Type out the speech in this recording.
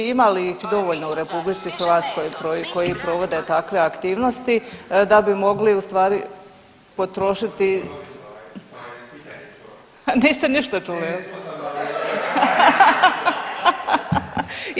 Ima li ih dovoljno u RH koji provode takve aktivnosti da bi mogli u stvari potrošiti … [[Upadica se ne razumije.]] niste ništa čuli jel?